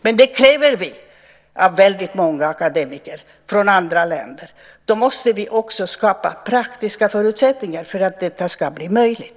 Men det kräver vi av många akademiker från andra länder. Då måste vi också skapa praktiska förutsättningar för att detta ska bli möjligt.